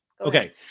Okay